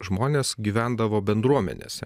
žmonės gyvendavo bendruomenėse